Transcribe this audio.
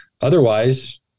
otherwise